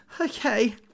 Okay